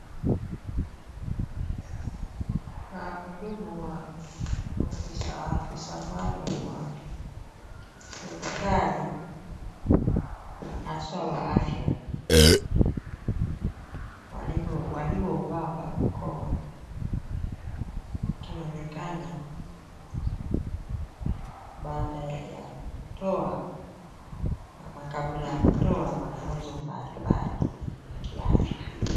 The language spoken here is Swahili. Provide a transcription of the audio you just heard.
Mhudumu wa afisa maalum wa serikali haswa wa afya waliovaa barakaoa wakionekana baada ya kutoa na kabla ya kutoa mafunzo mbalimbali ya kiafya.